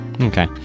Okay